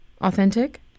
authentic